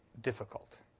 difficult